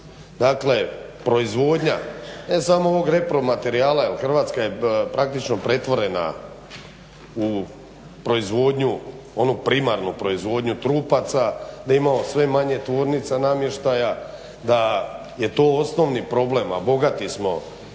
dakle proizvodnja ne samo ovog repromaterijala jer Hrvatska je praktično pretvorena u proizvodnju, onu primarnu proizvodnju trupaca da imamo sve manje tvornica namještaja, da je to osnovni problem a bogati smo